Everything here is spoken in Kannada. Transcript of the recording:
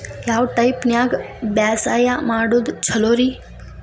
ಯಾವ ಟೈಪ್ ನ್ಯಾಗ ಬ್ಯಾಸಾಯಾ ಮಾಡೊದ್ ಛಲೋರಿ?